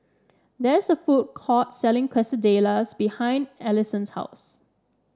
there is a food court selling Quesadillas behind Allisson's house